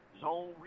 zone